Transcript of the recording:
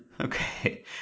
Okay